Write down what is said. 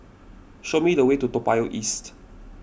show me the way to Toa Payoh East